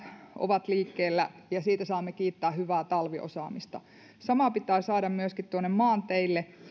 ovat liikkeellä ympärivuotisesti ja siitä saamme kiittää hyvää talviosaamista sama pitää saada myöskin tuonne maanteille